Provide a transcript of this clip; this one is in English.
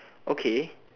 okay